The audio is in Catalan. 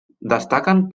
destaquen